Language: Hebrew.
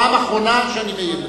הפעם האחרונה שאני מעיר לך.